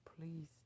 Please